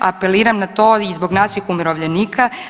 Apeliram na to i zbog naših umirovljenika.